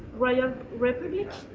royal republic b.